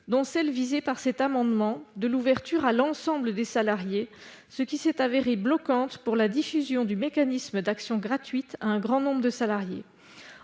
dont celle, visée par cet amendement, de l'ouverture à l'ensemble des salariés, qui s'est avérée bloquante pour la diffusion du mécanisme d'actions gratuites à un grand nombre de salariés.